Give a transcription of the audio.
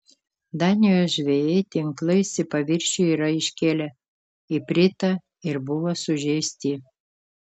danijos žvejai tinklais į paviršių yra iškėlę ipritą ir buvo sužeisti